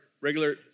regular